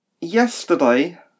yesterday